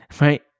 right